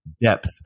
depth